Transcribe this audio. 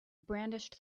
brandished